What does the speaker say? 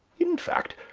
in fact,